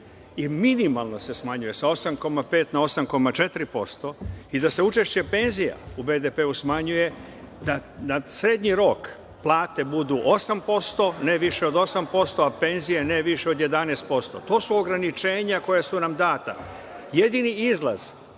i minimalno se smanjuje sa 8,5% na 8,4% i da se učešće penzija u BDP smanjuje na srednji rok, plate budu 8%, ne više od 8%, a penzije ne više od 11%. To su ograničenja koja su nam data. Jedini izlaz